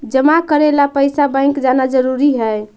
जमा करे ला पैसा बैंक जाना जरूरी है?